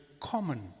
common